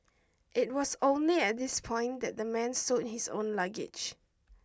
it was only at this point that the man stowed his own luggage